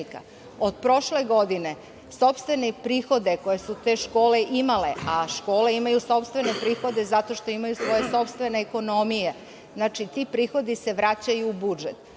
Od prošle godine sopstvene prihode, koje su te škole imale, a škole imaju sopstvene prihode zato što imaju svoje sopstvene ekonomije. Znači, ti prihodi se vraćaju u budžet.